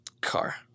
Car